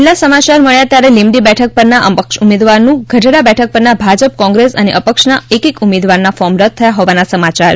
છેલ્લા સમાયાર મળ્યા ત્યારે લીંબડી બેઠક પરના અપક્ષ ઉમેદવારનું અને ગઢડા બેઠક પરના ભાજપ કોંગ્રેસ અને અપક્ષના એકએક ઉમેદવારના ફોર્મ રદ થયા હોવાના સમાચાર છે